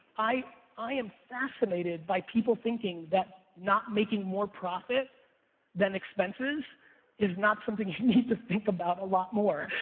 i i am fascinated by people thinking that not making more profit than expenses is not something you need to think about a lot more.